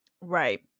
Right